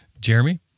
jeremy